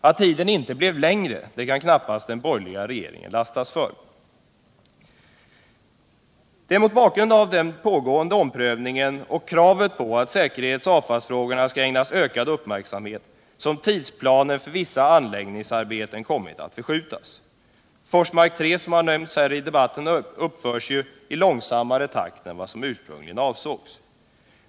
Att tiden inte blev längre kan knappast den borgerliga regeringen lastas för. Det är mot bakgrund av den pågående omprövningen och kravet på att säkerhetsoch avfallsfrågorna skall ägnas ökad uppmärksamhet som tidsplanen för vissa anläggningsarbeten har kommit att förskjutas. Forsmark 3, som nämnts här i debatten, uppförs ju i långsammare takt än som ursprungligen avsågs.